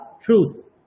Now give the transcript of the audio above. truth